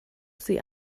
sie